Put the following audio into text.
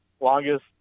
longest –